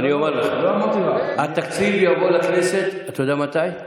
אני אומר לך: התקציב יבוא לכנסת, אתה יודע מתי?